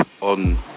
on